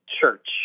church